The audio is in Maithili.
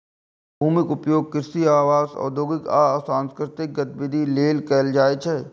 भूमिक उपयोग कृषि, आवास, औद्योगिक आ सांस्कृतिक गतिविधि लेल कैल जाइ छै